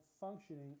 functioning